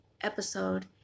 episode